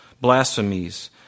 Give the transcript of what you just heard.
blasphemies